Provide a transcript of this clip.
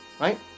right